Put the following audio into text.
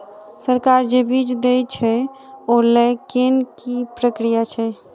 सरकार जे बीज देय छै ओ लय केँ की प्रक्रिया छै?